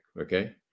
Okay